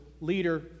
leader